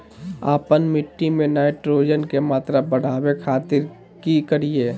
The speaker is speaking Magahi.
आपन मिट्टी में नाइट्रोजन के मात्रा बढ़ावे खातिर की करिय?